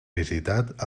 visitat